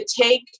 take